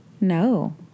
No